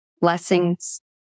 blessings